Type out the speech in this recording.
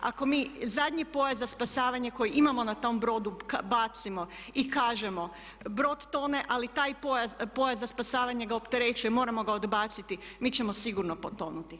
Ako mi zadnji pojas za spasavanje koji imamo na tom brodu bacimo i kažemo brod tone ali taj pojas za spasavanje ga opterećuje, moramo ga odbaciti mi ćemo sigurno potonuti.